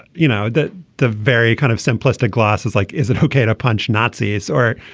you know that the very kind of simplistic glass is like is it ok to punch nazis or